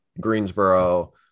greensboro